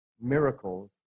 miracles